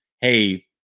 hey